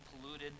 polluted